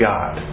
God